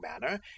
manner